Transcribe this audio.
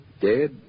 dead